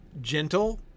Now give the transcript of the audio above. gentle